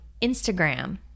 Instagram